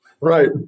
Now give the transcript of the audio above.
Right